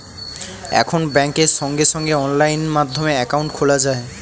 এখন ব্যাংকে সঙ্গে সঙ্গে অনলাইন মাধ্যমে অ্যাকাউন্ট খোলা যায়